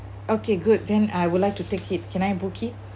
okay good then I would like to take it can I book it